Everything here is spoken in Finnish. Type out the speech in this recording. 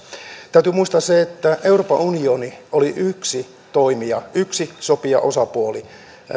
täytyy muistaa se että euroopan unioni oli yksi toimija yksi sopijaosapuoli